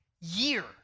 year